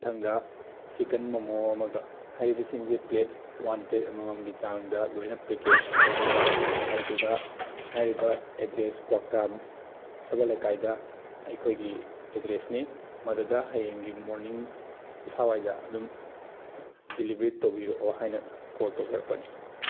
ꯃꯊꯪꯗ ꯆꯤꯛꯀꯟ ꯃꯣꯃꯣ ꯑꯃꯒ ꯍꯥꯏꯔꯤꯕꯁꯤꯡꯁꯦ ꯄ꯭ꯂꯦꯠ ꯋꯥꯟ ꯄ꯭ꯂꯦꯠ ꯑꯃꯃꯝꯒꯤ ꯆꯥꯡꯗ ꯂꯣꯏꯅ ꯄꯦꯛꯀꯦꯁ ꯇꯧꯕꯤꯔꯛꯑꯣ ꯑꯗꯨꯗꯨꯒ ꯍꯥꯏꯔꯤꯕ ꯑꯦꯗ꯭ꯔꯦꯁ ꯀ꯭ꯋꯥꯛꯇꯥ ꯁꯥꯕꯜ ꯂꯩꯀꯥꯏꯗ ꯑꯩꯈꯣꯏꯒꯤ ꯑꯦꯗ꯭ꯔꯦꯁꯅꯤ ꯃꯗꯨꯗ ꯍꯌꯦꯡꯒꯤ ꯃꯣꯔꯅꯤꯡ ꯁꯋꯥꯏꯗ ꯑꯗꯨꯝ ꯗꯦꯂꯤꯚꯔꯤ ꯇꯧꯕꯤꯔꯛꯑꯣ ꯍꯥꯏꯅ ꯀꯣꯜ ꯇꯧꯖꯔꯛꯄꯅꯤ